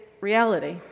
reality